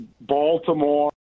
Baltimore